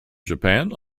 japan